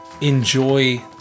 enjoy